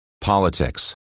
politics